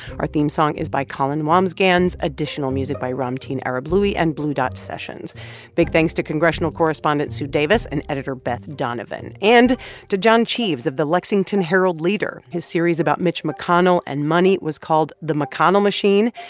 our theme song is by colin wambsgans, additional music by ramtin arablouei and blue dot sessions big thanks to congressional correspondent sue davis and editor beth donovan and to john cheves of the lexington herald-leader. his series about mitch mcconnell and money was called the mcconnell machine,